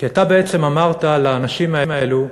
כי אתה בעצם אמרת לאנשים הללו,